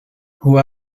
who